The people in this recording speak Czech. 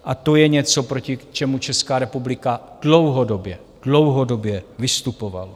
A to je něco, proti čemu Česká republika dlouhodobě, dlouhodobě vystupovala.